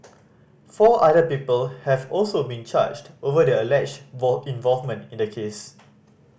four other people have also been charged over their alleged involvement in the case